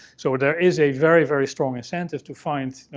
so, there is a very, very strong incentive to find. you know,